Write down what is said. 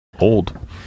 old